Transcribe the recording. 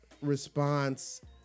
response